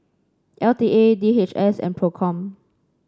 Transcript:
L T A D H S and Procom